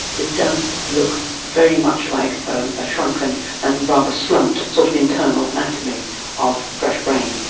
it does look very much like a shrunken and rather slumped sort of internal anatomy of fresh brain.